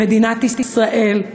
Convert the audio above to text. במדינת ישראל,